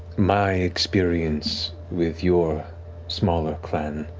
my experience with your smaller clan,